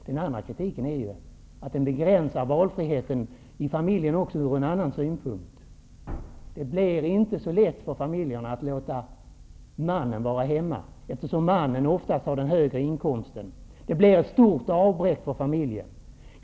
Den andra kritiken är att vårdnadsbidrag begränsar valfriheten i familjen också ur en annan synpunkt. Det blir inte så lätt för familjen att låta mannen vara hemma, eftersom mannen oftast har den högre inkomsten. Det blir ett stort avbräck för familjen.